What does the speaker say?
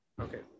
Okay